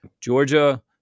Georgia